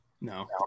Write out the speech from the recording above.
No